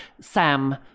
Sam